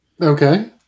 Okay